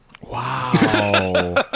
Wow